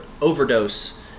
overdose